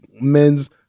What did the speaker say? men's